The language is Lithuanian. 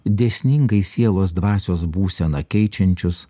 dėsningai sielos dvasios būseną keičiančius